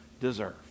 deserve